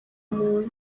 muntu